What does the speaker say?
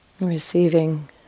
Receiving